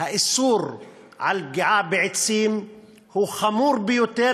איסור הפגיעה בעצים הוא חמור ביותר,